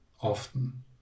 often